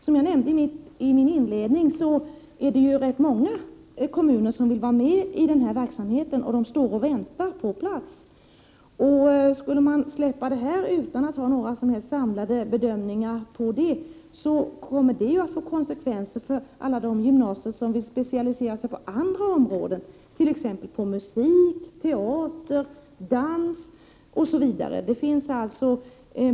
Som jag nämnde i min inledning är det många kommuner som vill vara med i verksamheten, och de står och väntar på plats. Om regeringen godkände detta utan att ha några som helst samlade bedömningar skulle det få konsekvenser för alla de gymnasier som vill specialisera sig på andra områden, t.ex. musik, teater och dans.